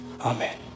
Amen